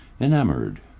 Enamored